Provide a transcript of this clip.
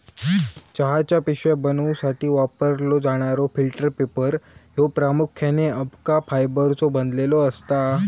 चहाच्या पिशव्या बनवूसाठी वापरलो जाणारो फिल्टर पेपर ह्यो प्रामुख्याने अबका फायबरचो बनलेलो असता